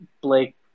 Blake